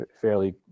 fairly